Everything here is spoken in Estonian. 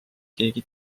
keegi